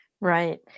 Right